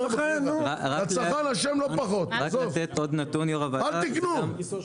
אל תקנו.